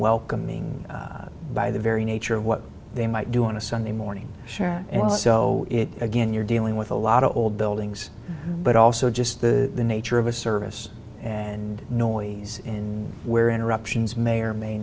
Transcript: welcoming by the very nature of what they might do on a sunday morning sure and so it again you're dealing with a lot of old buildings but also just the nature of a service and noise in where interruptions may or may